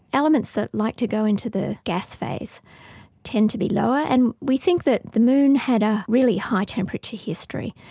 elements that like to go into the gas phase tend to be lower. and we think that the moon had a really high temperature history.